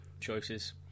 choices